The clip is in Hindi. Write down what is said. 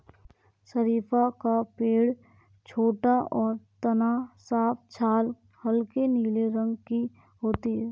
शरीफ़ा का पेड़ छोटा और तना साफ छाल हल्के नीले रंग की होती है